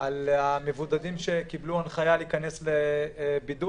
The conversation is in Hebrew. על המבודדים שקיבלו הנחיה להיכנס לבידוד,